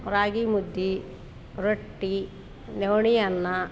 ರಾಗಿ ಮುದ್ದೆ ರೊಟ್ಟಿ ನವಣೆ ಅನ್ನ